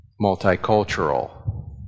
multicultural